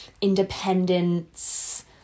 independence